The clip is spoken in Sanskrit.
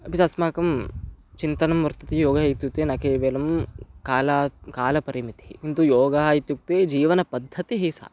अपि च अस्माकं चिन्तनं वर्तते योगः इत्युक्ते न केवलं कालः कालपरिमितिः किन्तु योगः इत्युक्ते जीवनपद्धतिः सा